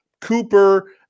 Cooper